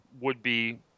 would-be